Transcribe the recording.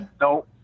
No